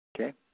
Okay